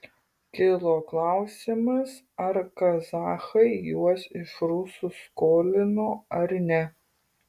kilo klausimas ar kazachai juos iš rusų skolino ar ne